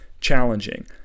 challenging